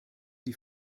die